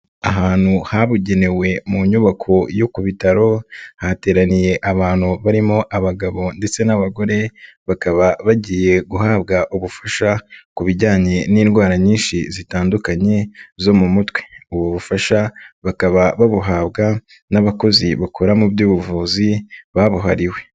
Ahantu habugenewe mu nyubako yo ku bitaro, hateraniye abantu barimo abagabo ndetse n'abagore, bakaba bagiye guhabwa ubufasha ku bijyanye n'indwara nyinshi zitandukanye zo mu mutwe. Ubu bufasha bakaba babuhabwa n'abakozi bakora mu by'ubuvuzi babuhariwe.